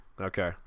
Okay